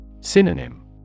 Synonym